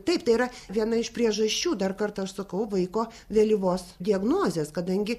taip tai yra viena iš priežasčių dar kartą aš sakau vaiko vėlyvos diagnozės kadangi